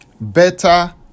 better